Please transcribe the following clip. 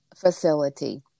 facility